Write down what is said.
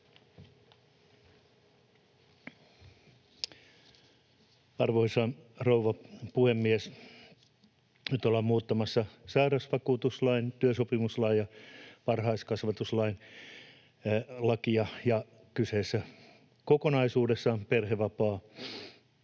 Arvoisa rouva puhemies! Nyt ollaan muuttamassa sairausvakuutuslakia, työsopimuslakia ja varhaiskasvatuslakia, ja kokonaisuudessa on kyseessä